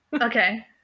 Okay